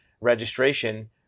registration